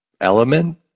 element